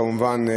כמובן,